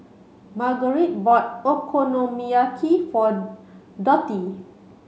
Margurite bought Okonomiyaki for Dottie